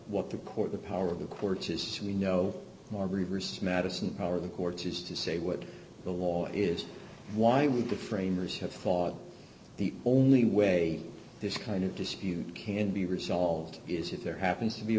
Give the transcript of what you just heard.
what the court the power of the courts as we know more reverse madison or the courts is to say what the law is why would the framers have thought the only way this kind of dispute can be resolved is if there happens to be a